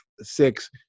six